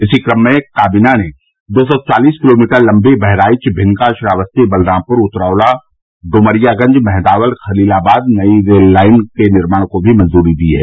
इसी क्रम में काबीना ने दो सौ चालीस किलोमीटर लम्बी बहराइच भिनगा श्रावस्ती बलरामपुर उतरौला डुमरियागंज मेंहदावल ख़लीलाबाद नई रेल लाइन के निर्माण को मंजूरी भी दी है